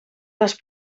les